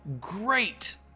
great